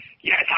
Yes